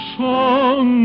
song